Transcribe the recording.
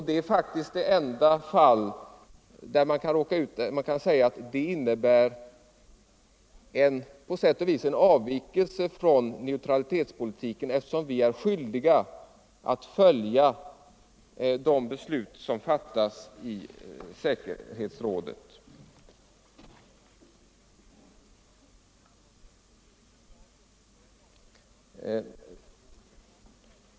Det är faktiskt det enda fall som kan sägas på sätt och vis innebära en avvikelse från vår neutralitetspolitik, eftersom vi är skyldiga att följa de beslut som fattas i säkerhetsrådet.